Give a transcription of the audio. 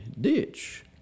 ditch